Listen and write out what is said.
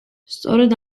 სწორედ